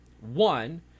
One